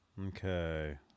Okay